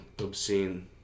obscene